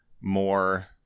more